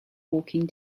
walking